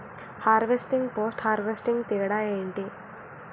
Harvesting, post harvesting తేడా ఏంటి?